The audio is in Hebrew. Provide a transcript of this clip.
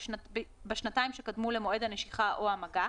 בשנתיים שקדמו למועד הנשיכה או המגע,